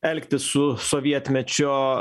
elgtis su sovietmečio